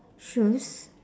shoes